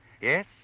Yes